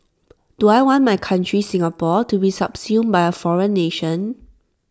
do I want my country Singapore to be subsumed by A foreign nation